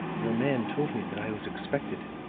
your man told me that i was expected,